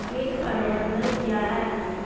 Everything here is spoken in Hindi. कीट प्रबंधन क्या है?